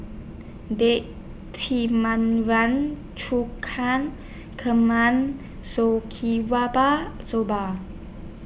Date and Soba